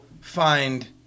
find